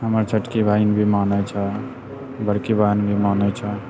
हमर छोटकी बहिन भी मानै छौ बड़की बहिन भी मानै छौ